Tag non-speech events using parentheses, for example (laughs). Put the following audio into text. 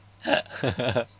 (laughs)